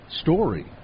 story